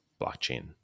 blockchain